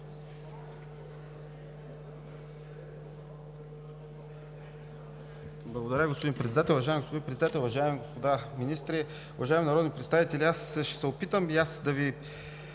Уважаеми господин Председател, уважаеми господа министри, уважаеми народни представители! Ще се опитам и аз да Ви